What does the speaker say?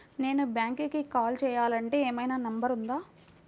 నేను బ్యాంక్కి కాల్ చేయాలంటే ఏమయినా నంబర్ ఉందా?